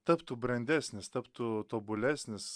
taptų brandesnis taptų tobulesnis